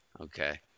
Okay